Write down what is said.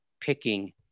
picking